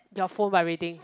your phone vibrating